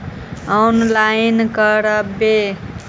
Online करवे?